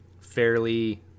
fairly